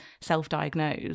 self-diagnose